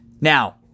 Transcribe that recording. Now